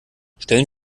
stellen